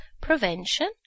prevention